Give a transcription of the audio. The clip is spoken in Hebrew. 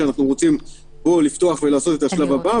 שאנחנו רוצים בו לפתוח ולעשות את השלב הבא,